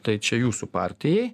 tai čia jūsų partijai